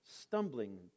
stumbling